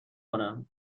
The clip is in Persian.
کنم